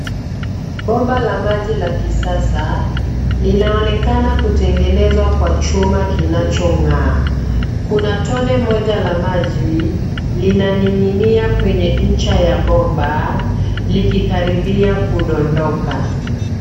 Bomba la maji la kisasa linaonekana kutengenezwa kwa chuma kinachong'aa. Kuna tone moja la maji linaning'inia kwenye ncha ya bomba likikaribia kudondoka.